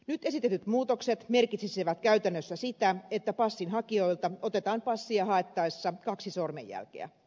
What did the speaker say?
nyt esitetyt muutokset merkitsisivät käytännössä sitä että passin hakijoilta otetaan passia haettaessa kaksi sormenjälkeä